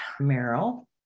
Meryl